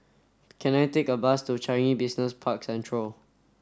can I take a bus to Changi Business Park Central